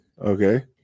okay